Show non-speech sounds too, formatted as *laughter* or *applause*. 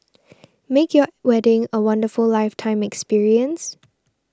*noise* make your wedding a wonderful lifetime experience